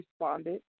responded